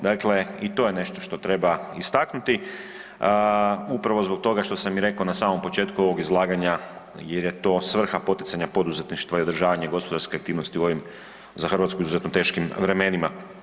Dakle, i to je nešto što treba istaknuti upravo zbog toga što sam i rekao na samom početku ovog izlaganja, jer je to svrha poticanja poduzetništva i održavanje gospodarske aktivnosti u ovim za Hrvatsku izuzetno teškim vremenima.